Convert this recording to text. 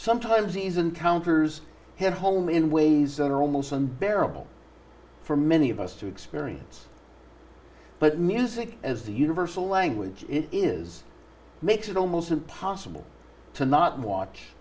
sometimes these encounters hit home in ways that are almost unbearable for many of us to experience but music as the universal language it is makes it almost impossible to not watch